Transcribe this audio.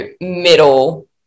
middle